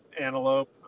antelope